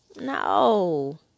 No